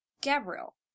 Gabriel